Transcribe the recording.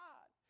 God